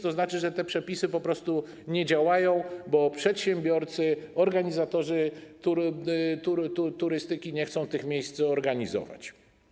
To znaczy, że te przepisy po prostu nie działają, bo przedsiębiorcy, organizatorzy turystyki nie chcą tych miejsc organizować.